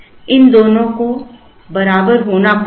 इन दोनों को बराबर होना पड़ेगा